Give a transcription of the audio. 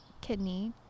kidney